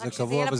ברור?